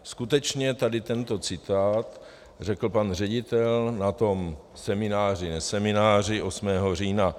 Skutečně tady tento citát řekl pan ředitel na tom semináři nesemináři 8. října.